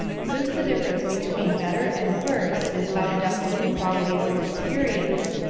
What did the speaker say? since the difference between better and worse is bound up with the qualities of experience,